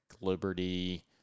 Liberty